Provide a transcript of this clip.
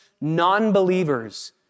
non-believers